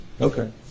okay